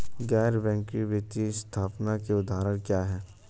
गैर बैंक वित्तीय संस्थानों के उदाहरण क्या हैं?